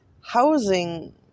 housing